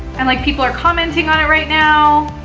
and like people are commenting on it right now.